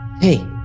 Hey